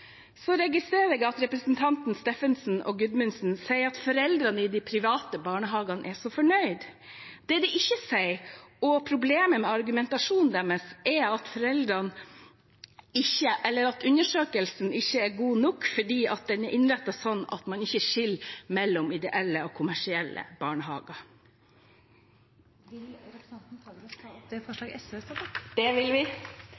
Så registrerer jeg at representantene Steffensen og Gudmundsen sier at foreldrene i de private barnehagene er så fornøyde. Det de ikke sier, som er problemet med argumentasjonen deres, er at undersøkelsen ikke er god nok, fordi den er innrettet sånn at man ikke skiller mellom ideelle og kommersielle barnehager. Vil representanten Fagerås ta opp SVs forslag? Det